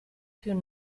più